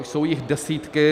Jsou jich desítky.